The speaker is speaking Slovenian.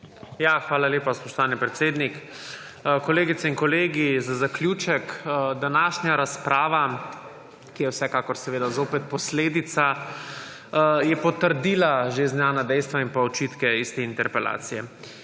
Hvala lepa, spoštovani predsednik. Kolegice in kolegi!. Za zaključek. Današnja razprava, ki je vsekakor seveda zopet posledica, je potrdila že znana dejstva in pa očitke iz te interpelacije.